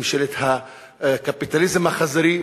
ממשלת הקפיטליזם החזירי,